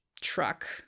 truck